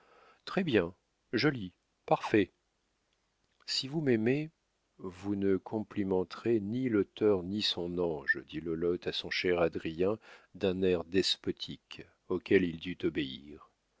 glacial très-bien joli parfait si vous m'aimez vous ne complimenterez ni l'auteur ni son ange dit lolotte à son cher adrien d'un air despotique auquel il dut obéir